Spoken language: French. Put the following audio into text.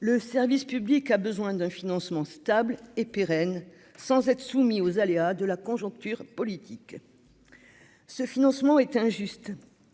le service public a besoin d'un financement stable et pérenne, sans être soumis aux aléas de la conjoncture politique ce financement est injuste